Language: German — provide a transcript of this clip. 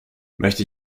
möchte